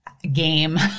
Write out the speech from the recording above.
game